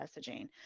messaging